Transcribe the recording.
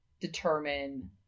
determine